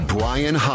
Brian